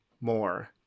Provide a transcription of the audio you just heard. more